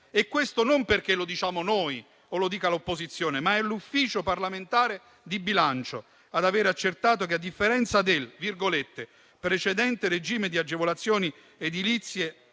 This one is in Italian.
E questo non lo diciamo noi o lo dice l'opposizione, ma è l'Ufficio parlamentare di bilancio ad avere accertato che, a differenza del precedente regime di agevolazioni edilizie